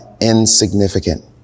insignificant